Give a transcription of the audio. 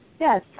Yes